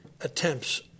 attempts